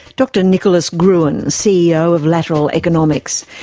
dr nicholas gruen, ceo of lateral economics.